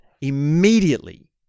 immediately